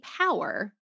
power